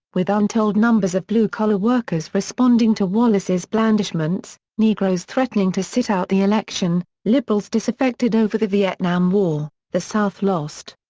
with untold numbers of blue-collar workers responding to wallace's blandishments, negroes threatening to sit out the election, liberals disaffected over the vietnam war, the south lost.